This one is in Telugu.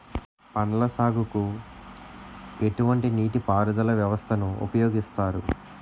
పండ్ల సాగుకు ఎటువంటి నీటి పారుదల వ్యవస్థను ఉపయోగిస్తారు?